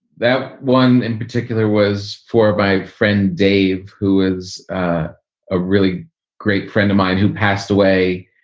that one in particular was for my friend dave, who is a really great friend of mine, who passed away